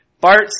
Bart